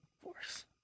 Force